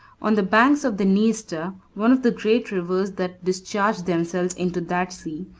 on the banks of the niester, one of the great rivers that discharge themselves into that sea,